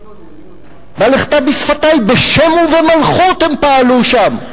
בל אחטא בשפתי, בשם ובמלכות הם פעלו שם,